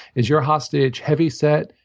is your hostage heavy-set?